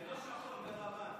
זה לא שחור ולבן.